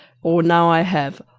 or now i have,